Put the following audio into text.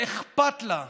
שאכפת לה,